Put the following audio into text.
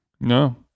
No